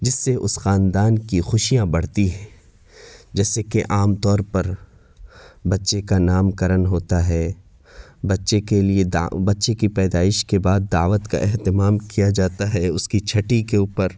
جس سے اس خاندان کی خوشیاں بڑھتی ہیں جیسے کہ عام طور پر بچے کا نام کرن ہوتا ہے بچے کے لیے دا بچے کی پیدائش کے بعد دعوت کا اہتمام کیا جاتا ہے اس کی چھٹی کے اوپر